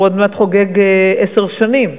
והוא עוד מעט חוגג עשר שנים,